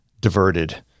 diverted